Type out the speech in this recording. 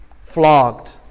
flogged